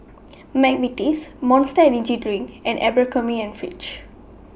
Mcvitie's Monster Energy Drink and Abercrombie and Fitch